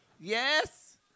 Yes